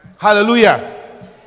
Hallelujah